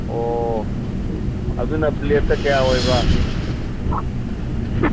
ꯑꯣ ꯑꯗꯨꯅ ꯄ꯭ꯂꯦꯠꯇ ꯀꯌꯥ ꯑꯣꯏꯕ